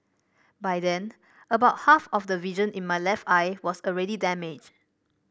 by then about half of the vision in my left eye was already damaged